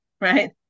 right